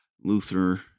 Luther